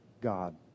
God